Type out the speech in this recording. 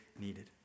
needed